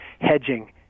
hedging